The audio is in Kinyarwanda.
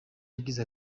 yagize